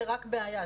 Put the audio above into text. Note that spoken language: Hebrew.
זה רק בעיה,